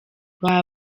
baba